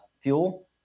fuel